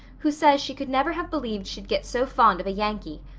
who says she could never have believed she'd get so fond of a yankee.